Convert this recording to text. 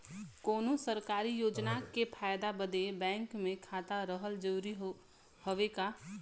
कौनो सरकारी योजना के फायदा बदे बैंक मे खाता रहल जरूरी हवे का?